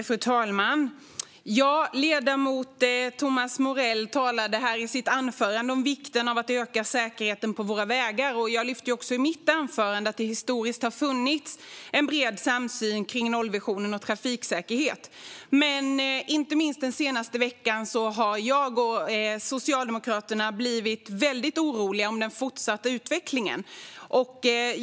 Fru talman! Ledamoten Thomas Morell talade i sitt anförande om vikten av att öka säkerheten på våra vägar. Jag lyfte också upp i mitt anförande att det historiskt sett har funnits en bred samsyn kring nollvisionen och trafiksäkerhet. Men inte minst den senaste veckan har jag och Socialdemokraterna blivit väldigt oroliga för den fortsatta utvecklingen.